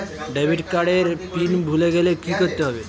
Debit card এর PIN ভুলে গেলে কি করতে হবে?